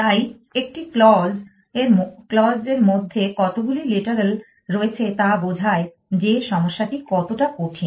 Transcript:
তাই একটি ক্লজ মধ্যে কতগুলি লিটারাল রয়েছে তা বোঝায় যে সমস্যাটি কতটা কঠিন